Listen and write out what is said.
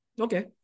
Okay